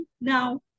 now